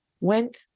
went